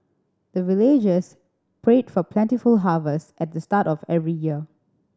the villagers pray for plentiful harvest at the start of every year